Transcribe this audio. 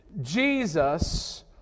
Jesus